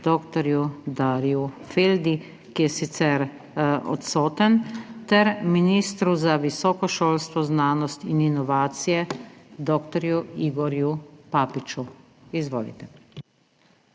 dr. Darju Feldi, ki je sicer odsoten, ter ministru za visoko šolstvo, znanost in inovacije dr. Igorju Papiču. Izvolite.